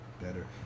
better